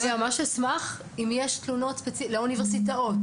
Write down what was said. אני ממש אשמח אם יש תלונות ספציפיות לאוניברסיטאות,